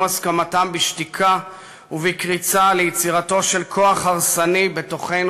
הסכמתם בשתיקה ובקריצה ליצירתו של כוח הרסני בתוכנו,